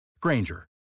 Granger